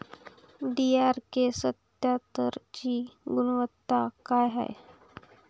DRK सत्यात्तरची गुनवत्ता काय हाय?